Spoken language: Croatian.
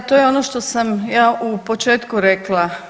Da to je ono što sam ja u početku rekla.